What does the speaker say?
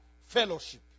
fellowship